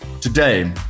Today